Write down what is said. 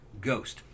ghost